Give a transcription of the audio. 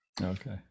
okay